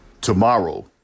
Tomorrow